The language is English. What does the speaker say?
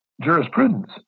jurisprudence